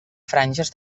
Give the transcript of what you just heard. franges